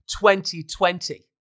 2020